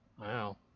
Wow